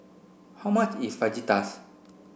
how much is Fajitas